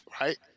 right